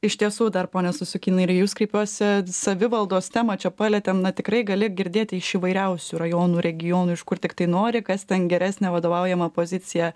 iš tiesų dar pone stasiukynai ir į jus kreipiuosi savivaldos temą čia palietėm na tikrai gali girdėti iš įvairiausių rajonų regionų iš kur tiktai nori kas ten geresnę vadovaujamą poziciją